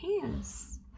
hands